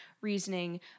reasoning